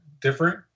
different